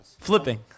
flipping